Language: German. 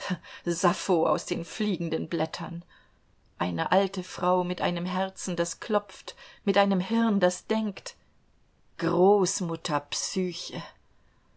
sappho aus den fliegenden blättern eine alte frau mit einem herzen das klopft mit einem hirn das denkt großmutter psyche